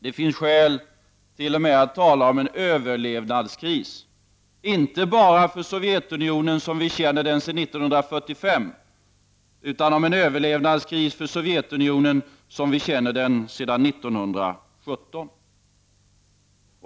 Det finns skäl t.o.m. att tala om en överlevnadskris, inte bara i Sovjetunionen som vi känner den sedan 1945, utan också om en överlevnadskris för Sovjetunionen som vi känner den sedan 1917.